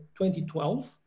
2012